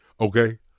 okay